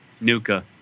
nuka